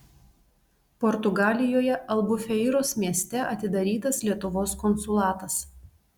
portugalijoje albufeiros mieste atidarytas lietuvos konsulatas